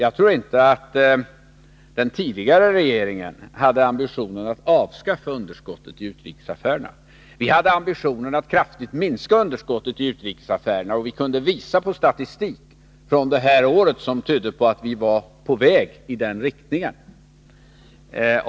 Jag tror inte att den tidigare regeringen hade ambitionen att avskaffa underskottet i utrikesaffärerna. Däremot hade vi ambitionen att kraftigt minska det underskottet, och vi kunde visa på statistik från det här året som tydde på att vi var på väg i den riktningen.